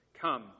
Come